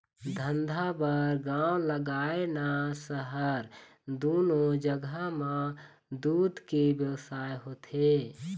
धंधा बर गाँव लागय न सहर, दूनो जघा म दूद के बेवसाय होथे